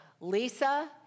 Lisa